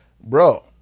bro